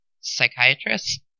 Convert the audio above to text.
psychiatrist